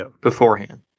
beforehand